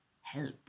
help